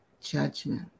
judgment